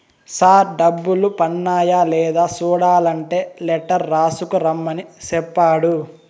sir డబ్బులు పన్నాయ లేదా సూడలంటే లెటర్ రాసుకు రమ్మని సెప్పాడు